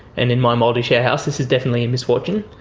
and in my mouldy share house this is definitely a misfortune,